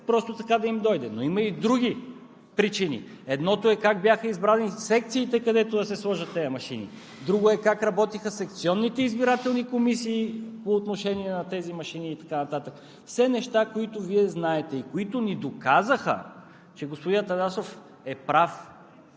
просто така да им дойде. Има обаче и други причини. Едното е как бяха избрани секциите, където да се сложат тези машини, другото е как работиха секционните избирателни комисии по отношение на тези машини и така нататък – все неща, които Вие знаете и които ни доказаха, че господин Атанасов е прав,